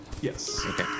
Yes